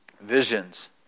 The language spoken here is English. visions